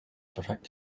protect